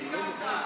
עם מי סיכמת?